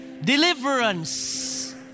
deliverance